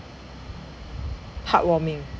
heart warming